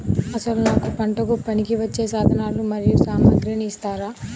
అసలు నాకు పంటకు పనికివచ్చే సాధనాలు మరియు సామగ్రిని ఇస్తారా?